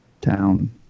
town